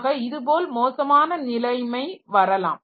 ஆக இது போல் மோசமான நிலைமை வரலாம்